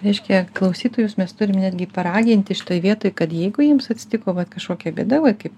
reiškia klausytojus mes turim netgi paraginti šitoj vietoj kad jeigu jiems atsitiko vat kažkokia bėda va kaip